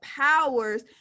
powers